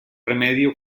remedio